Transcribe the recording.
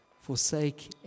forsake